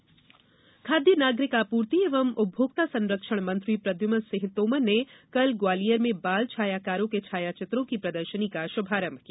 प्रदर्शनी खाद्य नागरिक आपूर्ति एवं उपभोक्ता संरक्षण मंत्री प्रद्म्न सिंह तोमर ने कल ग्वालियर में बाल छायाकारों के छायाचित्रों की प्रदर्शनी का श्रभारंभ किया